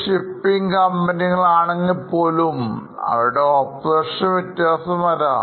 5 Shipping കമ്പനികൾ ആണെങ്കിൽ പോലുംഅവരുടെ operations വ്യത്യാസം വരാം